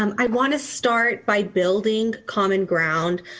um i wanna start by building common ground.